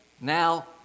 now